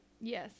Yes